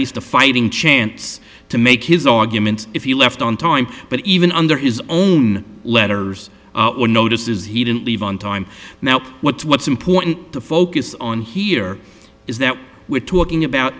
least a fighting chance to make his argument if you left on time but even under is own letters or notices he didn't leave on time now what's what's important to focus on here is that we're talking about